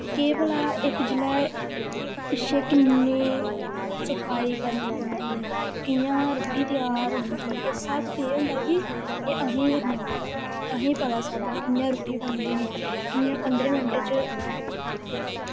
केह् भला इक जिल्लै पिच्छें किन्ने सफाई करनी पौंदी कि'यां रुट्टी त्यार होंदी एह् सब केह् होंदा कि एह् असेंगी करने पौंदा असेंगी पता सब कि'यां रुट्टी बनदी कि'यां पन्द्रें मैंटें च